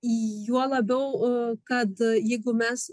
juo labiau a kad jeigu mes